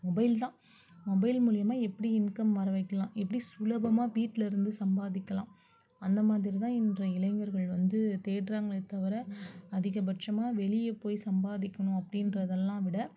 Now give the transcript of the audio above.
mobile தான் mobile மூலயமா எப்படி இன்கம் வர வைக்கலாம் எப்படி சுலபமாக வீட்டில் இருந்து சம்பாதிக்கலாம் அந்த மாதிரி தான் இன்றைய இளைஞர்கள் வந்து தேடுகிறாங்களே தவிர அதிகப்பட்சமாக வெளியே போய் சம்பாதிக்கணும் அப்ப டின்றதலாம் விட